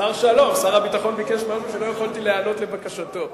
שר הביטחון ביקש משהו שלא יכולתי להיענות לבקשתו.